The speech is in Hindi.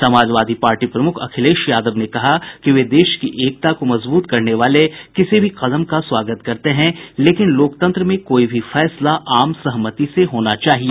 समाजवादी पार्टी प्रमुख अखिलेश यादव ने कहा है कि वे देश की एकता को मजबूत करने वाले किसी भी कदम का स्वागत करते हैं लेकिन लोकतंत्र में कोई भी फैसला आम सहमति से होना चाहिए